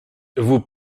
vous